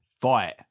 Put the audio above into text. Fight